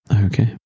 Okay